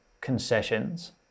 concessions